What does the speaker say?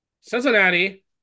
Cincinnati